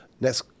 Next